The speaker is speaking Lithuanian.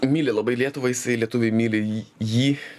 myli labai lietuvą jisai lietuviai myli jį jį